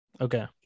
okay